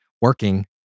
working